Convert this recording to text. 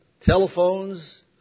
telephones